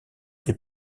des